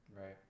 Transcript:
right